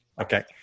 Okay